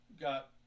got